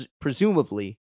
presumably